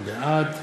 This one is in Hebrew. בעד